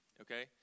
okay